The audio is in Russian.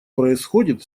происходит